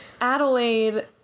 Adelaide